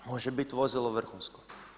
A može biti vozilo vrhunsko.